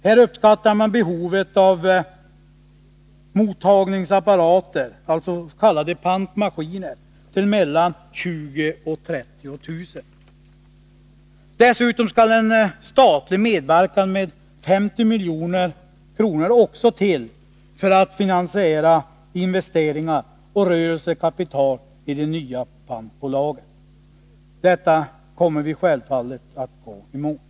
Man uppskattar behovet av mottagningsapparater, alltså s.k. pantmaskiner, till mellan 20000 och 30 000. Dessutom skall en statlig medverkan med 50 milj.kr. till för att finansiera investeringar och rörelsekapital i det nya pantbolaget. Detta kommer vi självfallet att gå emot.